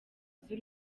z’u